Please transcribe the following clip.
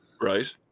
Right